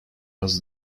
was